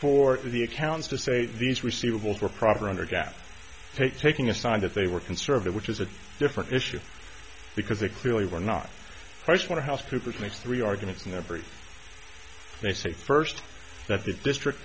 for the accounts to say these receivable for proper underground take taking a sign that they were conservative which is a different issue because they clearly were not pricewaterhouse coopers makes three arguments and they're very they say first that the district